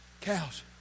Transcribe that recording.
Cows